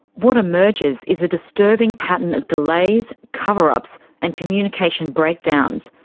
what emerges is a disturbing pattern of delays, cover-ups and communication breakdowns,